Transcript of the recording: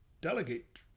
delegate